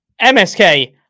MSK